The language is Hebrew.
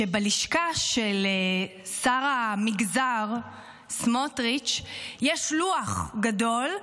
שבלשכה של שר המגזר סמוטריץ' יש לוח גדול,